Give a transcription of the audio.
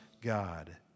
God